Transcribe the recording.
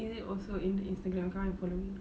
is it also in the instagram account I follow him